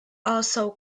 also